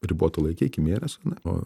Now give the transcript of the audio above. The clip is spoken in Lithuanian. ribotų laike iki mėnesio na o